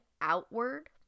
outward